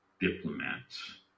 diplomats